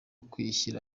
kwishyira